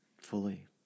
Fully